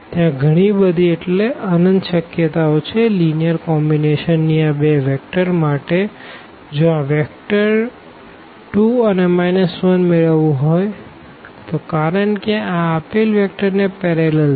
ત્યાં ગણી બધી એટલે અનંત શક્યતાઓ છે લીનીઅર કોમ્બીનેશન ની આ બે વેક્ટર માટે જો આ વેક્ટર2 અને 1 મેળવવું હોઈ તો કારણ કે આ આપેલ વેક્ટરને પેરેલલ છે